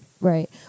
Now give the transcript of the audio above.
Right